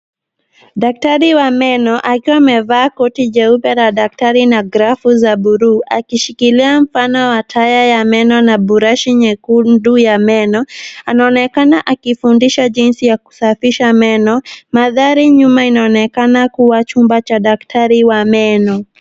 Daktari wa meno akiwa amevaa koti jeupe la daktari na glavu za buluu akishikilia mpana wa taya ya meno na burashi nyekundu ya meno. Anaonekana akifundisha jinsi ya kusafisha meno. Mandhari nyuma inaonekana kuwa chumba cha daktari wa meno.